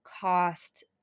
cost